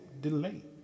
delay